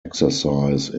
exercise